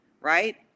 right